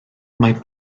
mae